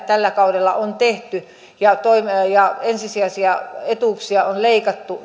tällä kaudella on tehty ja joissa on ensisijaisia etuuksia leikattu